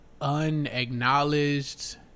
unacknowledged